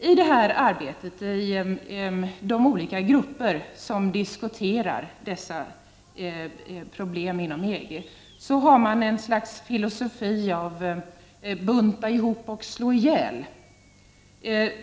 I arbetet i de olika grupper inom EG som diskuterar dessa problem har man ett slags filosofi om ”bunta ihop och slå ihjäl”.